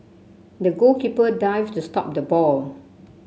the goalkeeper dived to stop the ball